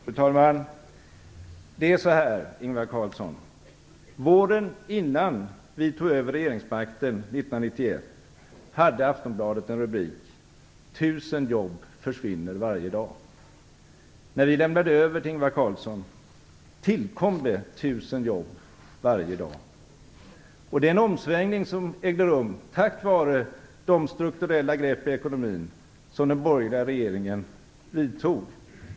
Fru talman! Det är så här, Ingvar Carlsson. Våren 1991, innan vi tog över regeringsmakten, hade Aftonbladet en rubrik som sade att 1 000 jobb försvinner varje dag. När vi lämnade över till Ingvar Carlsson tillkom 1 000 jobb varje dag. Det var en omsvängning som ägde rum tack vare de strukturella grepp i ekonomin som den borgerliga regeringen tog.